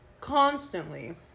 constantly